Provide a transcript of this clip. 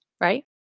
right